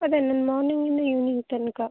ಅದೇ ನಾನು ಮಾರ್ನಿಂಗಿಂದ ಇವ್ನಿಂಗ್ ತನಕ